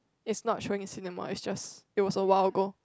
is not showing in cinema is just is a while ago